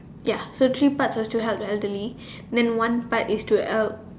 ya so three parts were to help the elderly then one part is to help